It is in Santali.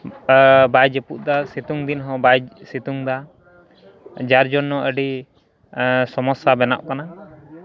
ᱵᱟᱭ ᱡᱟᱹᱯᱩᱫ ᱫᱟ ᱥᱤᱛᱩᱝ ᱫᱤᱱ ᱦᱚᱸ ᱵᱟᱝ ᱥᱤᱛᱩᱝᱫᱟ ᱡᱟᱨ ᱡᱚᱱᱱᱚ ᱟᱹᱰᱤ ᱥᱚᱢᱚᱥᱥᱟ ᱵᱮᱱᱟᱜ ᱠᱟᱱᱟ